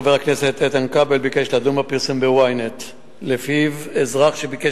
חבר הכנסת איתן כבל ביקש לדון בפרסום ב-Ynet שלפיו אזרח שביקש